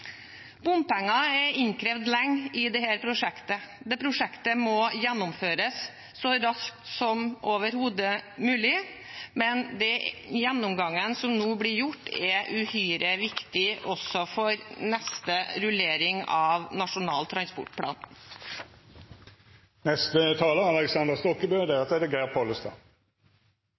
Bompenger er innkrevd lenge i dette prosjektet. Det prosjektet må gjennomføres så raskt som overhodet mulig, men den gjennomgangen som nå blir gjort, er uhyre viktig også for neste rullering av Nasjonal transportplan.